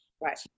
right